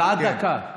עד דקה.